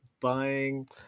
buying